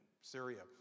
Syria